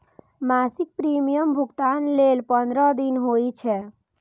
मासिक प्रीमियम भुगतान लेल पंद्रह दिन होइ छै